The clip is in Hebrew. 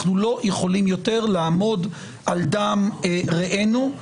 אנחנו לא יכולים לעמוד על דם רעינו.